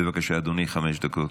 בבקשה, אדוני, חמש דקות.